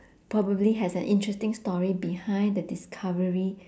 probably has an interesting story behind the discovery